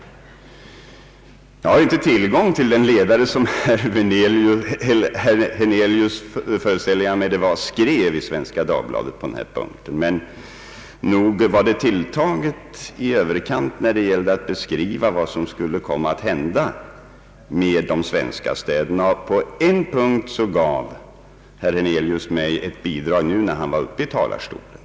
Jag har inte tillgång till den ledare som jag föreställer mig var skriven av herr Hernelius i Svenska Dagbladet i den här frågan. Men nog var den tilltagen i överkant när det gällde att beskriva vad som skulle komma att hända med de svenska städerna. Och på en punkt gav herr Hernelius mig ett bidrag när han nu var uppe i talarstolen.